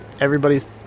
everybody's